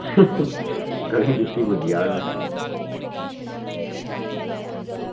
कोई निं जे सी बी पुज्जी जाह्ग